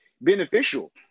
beneficial